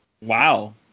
Wow